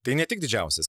tai ne tik didžiausias